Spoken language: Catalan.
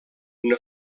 una